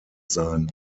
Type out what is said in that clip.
sein